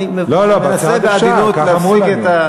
אני מנסה בעדינות להפיג את,